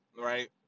right